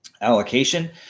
Allocation